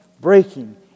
breaking